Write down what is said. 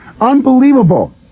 unbelievable